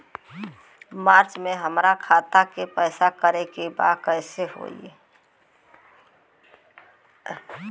मार्च में हमरा खाता के पैसा के बारे में पता करे के बा कइसे होई?